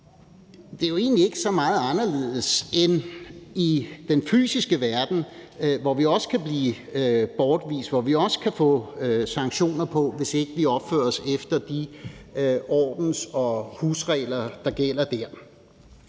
det er egentlig ikke så meget anderledes end i den fysiske verden, hvor vi også kan blive bortvist, og hvor vi også kan få sanktioner, hvis ikke vi opfører os efter de ordens- og husregler, der gælder dér.